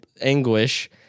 anguish